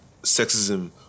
sexism